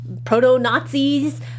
proto-Nazis